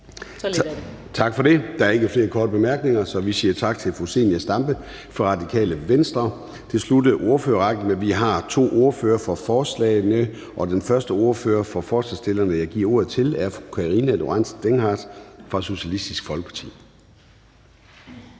Tak for det. Der er ikke flere korte bemærkninger, så vi siger tak til fru Zenia Stampe fra Radikale Venstre. Det sluttede ordførerrækken, men vi har to ordførere for forslagsstillerne, og den første ordfører for forslagsstillerne, jeg giver ordet til, er fru Karina Lorentzen Dehnhardt fra Socialistisk Folkeparti.